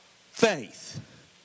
faith